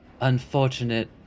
unfortunate